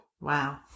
Wow